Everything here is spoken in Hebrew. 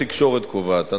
התקשורת קובעת.